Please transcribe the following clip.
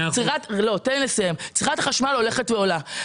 צריכת החשמל הולכת ועולה.